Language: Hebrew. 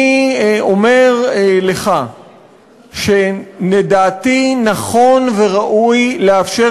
אני אומר לך שלדעתי נכון וראוי לאפשר